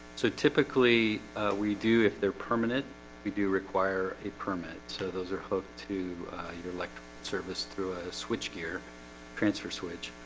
so typically we do if they're permanent we do require a permit so those are hooked to your electric service through a switch gear transfer switch